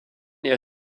est